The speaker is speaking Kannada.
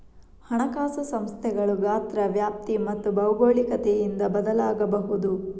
ಹಣಕಾಸು ಸಂಸ್ಥೆಗಳು ಗಾತ್ರ, ವ್ಯಾಪ್ತಿ ಮತ್ತು ಭೌಗೋಳಿಕತೆಯಿಂದ ಬದಲಾಗಬಹುದು